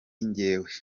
njyewe